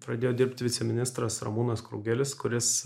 pradėjo dirbti viceministras ramūnas krugelis kuris